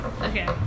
Okay